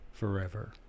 forever